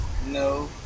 No